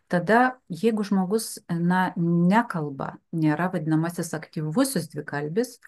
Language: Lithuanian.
tada jeigu žmogus na nekalba nėra vadinamasis aktyvusis dvikalbis